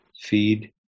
feed